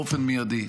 באופן מיידי.